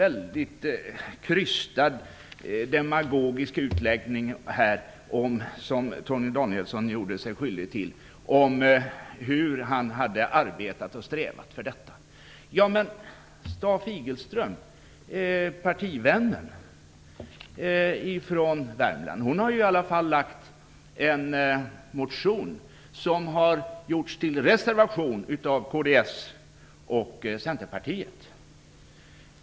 Torgny Danielsson gjorde sig sedan skyldig till en väldigt krystad demagogisk utläggning om hur han hade arbetat och strävat för detta. Men Staaf Igelström, partivännen från Värmland, har ju i alla fall väckt en motion som har gjorts till reservation av kds och Centerpartiet.